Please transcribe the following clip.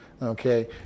Okay